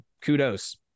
kudos